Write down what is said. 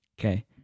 Okay